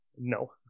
No